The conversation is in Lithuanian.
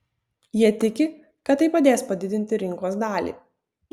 jie tiki kad tai padės padidinti rinkos dalį